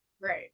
Right